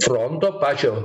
fronto pačio